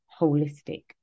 holistic